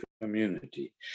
community